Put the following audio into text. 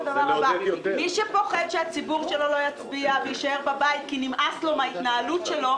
מי שפוחד שהציבור שלו לא יצביע ויישאר בבית כי נמאס לו מההתנהלות שלו,